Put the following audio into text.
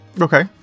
Okay